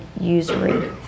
usury